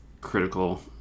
critical